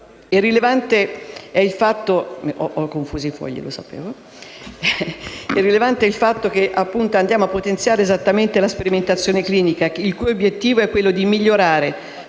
Rilevante è il fatto che andiamo a potenziare esattamente la sperimentazione clinica, il cui obiettivo è quello di migliorare,